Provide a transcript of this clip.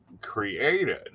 created